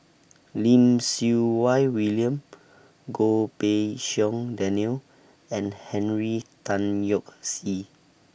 Lim Siew Wai William Goh Pei Siong Daniel and Henry Tan Yoke See